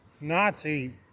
Nazi